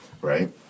right